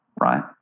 right